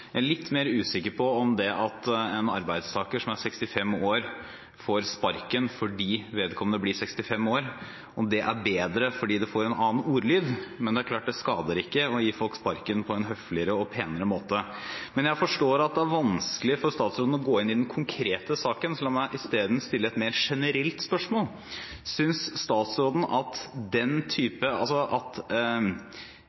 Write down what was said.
er litt mer usikker på om det at en arbeidstaker som er 65 år, får sparken fordi vedkommende blir 65 år, er bedre fordi det får en annen ordlyd. Men det er klart at det skader ikke å gi folk sparken på en høfligere og penere måte. Jeg forstår at det er vanskelig for statsråden å gå inn i den konkrete saken. Så la meg isteden stille et mer generelt spørsmål: Et arbeidsliv hvor man når man er 65 år, får beskjed om at